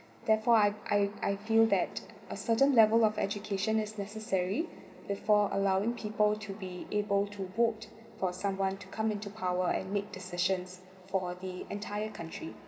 therefore I I I feel that a certain level of education is necessary before allowing people to be able to vote for someone to come into power and make decisions for the entire country